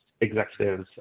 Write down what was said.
executives